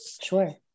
Sure